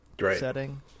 Setting